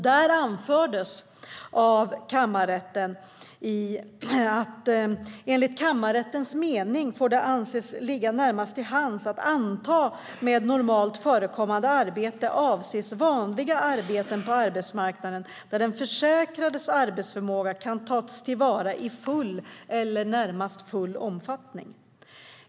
Där anförde kammarrätten: Enligt kammarrättens mening får det anses ligga närmast till hands att anta att med "normalt förekommande arbeten" avses vanliga arbeten på arbetsmarknaden där en försäkrads arbetsförmåga kan tas till vara i full eller närmast full omfattning.